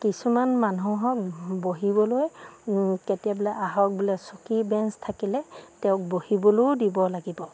কিছুমান মানুহক বহিবলৈ কেতিয়াবা বোলে আহক বোলে চকী বেঞ্চ থাকিলে তেওঁক বহিবলৈও দিব লাগিব